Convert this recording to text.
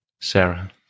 Sarah